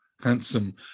handsome